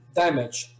damage